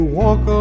walk